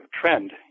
trend